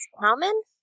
common